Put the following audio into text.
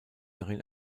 darin